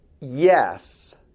Yes